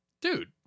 dude